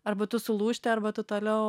arba tu sulūžti arba tu toliau